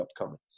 upcoming